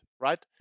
right